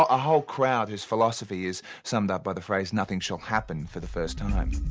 a whole crowd whose philosophy is summed up by the phrase nothing shall happen for the first time.